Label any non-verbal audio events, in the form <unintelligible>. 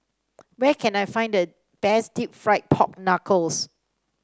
where can I find the best <unintelligible> fried Pork Knuckles